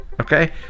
Okay